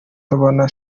ndabona